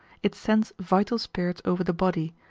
it sends vital spirits over the body,